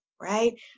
right